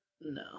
No